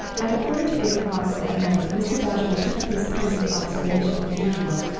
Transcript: at a quarter to eight o'clock that night mr. bashwood took up his post of observation, as usual,